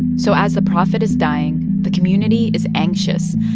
so as the prophet is dying, the community is anxious,